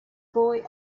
boy